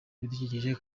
ibidukikije